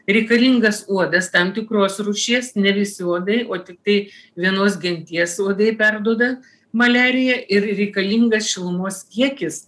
reikalingas uodas tam tikros rūšies ne visi uodai o tiktai vienos genties uodai perduoda maliariją ir reikalingas šilumos kiekis